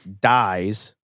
dies